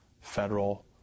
federal